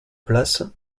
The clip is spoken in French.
place